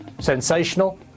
sensational